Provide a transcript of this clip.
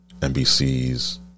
NBC's